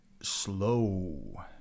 slow